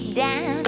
down